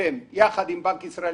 אתם יחד עם בנק ישראל,